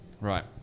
Right